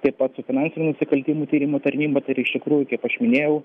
taip pat su finansinių nusikaltimų tyrimų tarnyba tai ir iš tikrųjų kaip aš minėjau